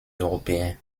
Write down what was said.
européens